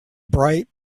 bright